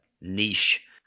niche